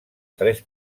tres